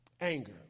Anger